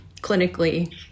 clinically